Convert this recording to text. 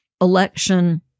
Election